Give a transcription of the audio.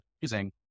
using